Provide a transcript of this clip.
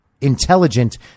intelligent